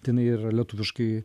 jinai yra lietuviškai